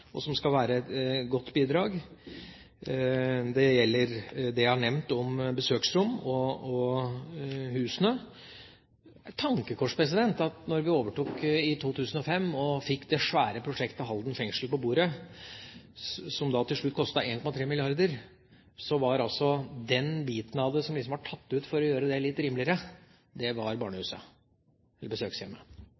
skal være et godt bidrag. Det gjelder også det jeg har nevnt om besøksrom og -husene. Det er et tankekors at da vi overtok i 2005, og fikk det svære prosjektet Halden fengsel på bordet, som da til slutt kostet 1,3 mrd. kr, var det altså en bit som var tatt ut for å gjøre det litt rimeligere, og det var